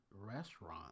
restaurant